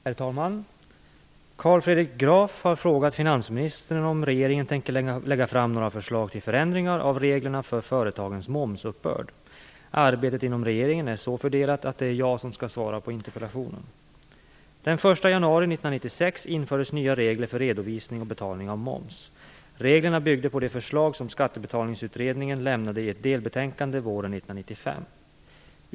Herr talman! Carl Fredrik Graf har frågat finansministern om regeringen tänker lägga fram några förslag till förändringar av reglerna för företagens momsuppbörd. Arbetet inom regeringen är så fördelat att det är jag som skall svara på interpellationen. Reglerna byggde på det förslag som Skattebetalningsutredningen lämnade i ett delbetänkande våren 1995 .